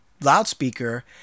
loudspeaker